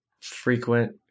frequent